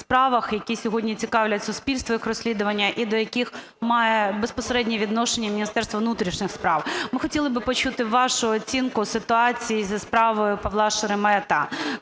які сьогодні цікавлять суспільство, їх розслідування і до яких має безпосереднє відношення Міністерство внутрішніх справ. Ми хотіли би почути вашу оцінку ситуації зі справою Павла Шеремета,